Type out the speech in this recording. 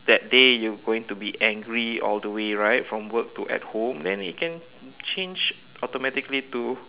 that day you going to be angry all the way right from work to at home then you can change automatically to